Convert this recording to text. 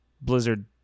blizzard